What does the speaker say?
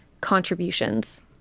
contributions